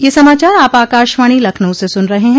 ब्रे क यह समाचार आप आकाशवाणी लखनऊ से सुन रहे हैं